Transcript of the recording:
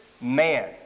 man